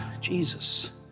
Jesus